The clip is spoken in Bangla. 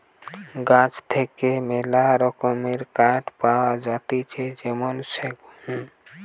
গাছ থেকে মেলা রকমের কাঠ পাওয়া যাতিছে যেমন সেগুন